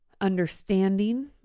understanding